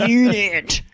unit